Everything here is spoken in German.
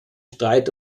streit